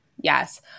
yes